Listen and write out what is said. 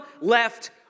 left